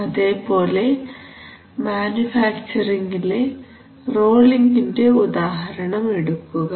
അതേപോലെ മാനുഫാക്ചറിങിലെ റോളിങിന്റെ ഉദാഹരണം എടുക്കുക